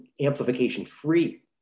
amplification-free